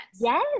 yes